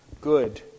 good